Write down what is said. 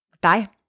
Bye